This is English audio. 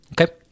Okay